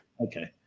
Okay